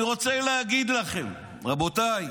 רבותיי,